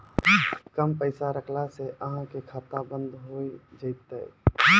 कम पैसा रखला से अहाँ के खाता बंद हो जैतै?